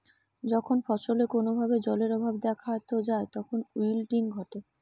যখন ফসলে কোনো ভাবে জলের অভাব দেখাত যায় তখন উইল্টিং ঘটে